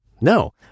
No